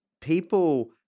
people